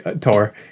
tour